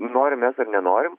nu norim mes ar nenorim